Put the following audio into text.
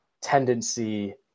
tendency